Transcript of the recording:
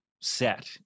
set